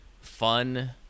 fun